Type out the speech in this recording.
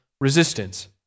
resistance